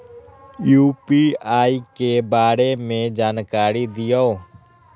UPI के बारे में जानकारी दियौ?